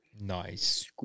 nice